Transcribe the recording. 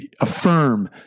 affirm